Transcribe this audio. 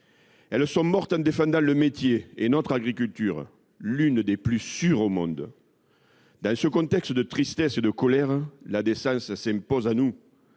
Elles sont mortes en défendant le métier d’agriculteur et notre agriculture, l’une des plus sûres au monde. Dans ce contexte de tristesse et de colère, la décence s’impose à nous.